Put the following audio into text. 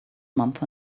month